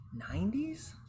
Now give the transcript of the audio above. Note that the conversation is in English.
90s